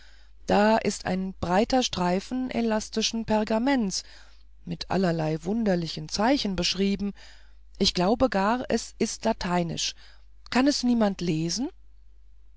da ist ein breiter streifen elastischen pergaments mit allerlei wunderlichen zeichen beschrieben ich glaube gar es ist lateinisch kann es niemand lesen